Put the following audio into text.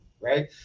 right